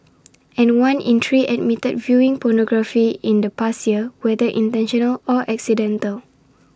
and one in three admitted viewing pornography in the past year whether intentional or accidental